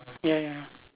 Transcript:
ya ya